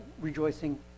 rejoicing